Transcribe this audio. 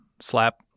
slap